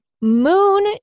moon